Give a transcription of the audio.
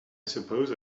suppose